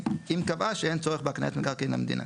אם קבעה שאין צורך בהקניית מקרקעין למדינה.